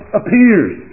appears